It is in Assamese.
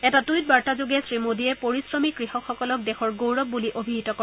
এটা টুইট বাৰ্তাযোগে শ্ৰীমোদীয়ে পৰিশ্ৰমী কৃষকসকলক দেশৰ গৌৰৱ বুলি অভিহিত কৰে